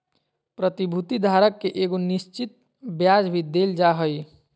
प्रतिभूति धारक के एगो निश्चित ब्याज भी देल जा हइ